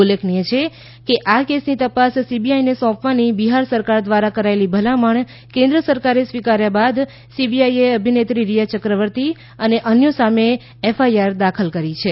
ઉલ્લેખનીય છે કે આ કેસની તપાસ સીબીઆઈને સોંપવાની બિહાર સરકાર દ્રારા કરાયેલી ભલામણ કેન્દ્ર સરકારે સ્વીકારીયા બાદ સીબીઆઈએ અભિનેત્રી રીયા યક્રવતી અને અન્યો સામે એફઆઈઆર દાખલ કરી છે